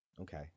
Okay